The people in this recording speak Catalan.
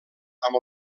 amb